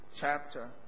chapter